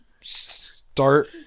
Start